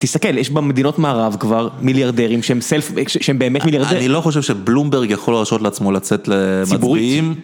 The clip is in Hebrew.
תסתכל, יש במדינות מערב כבר מיליארדרים שהם באמת מיליארדרים. אני לא חושב שבלומברג יכול לרשות לעצמו לצאת למצביעים.